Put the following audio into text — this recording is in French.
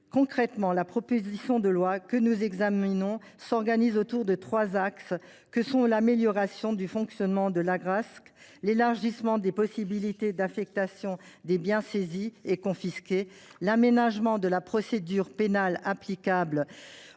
Concrètement, la proposition de loi que nous examinons s’organise autour de trois axes : l’amélioration du fonctionnement de l’Agrasc, l’élargissement des possibilités d’affectation des biens saisis et confisqués, et l’aménagement de la procédure pénale applicable aux saisies et